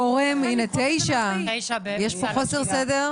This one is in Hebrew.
הנה, תשע, יש פה חוסר סדר.